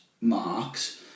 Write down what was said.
marks